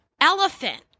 Elephant